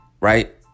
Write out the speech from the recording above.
Right